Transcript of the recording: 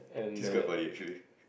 this is quite funny actually